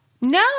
No